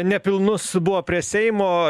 nepilnus buvo prie seimo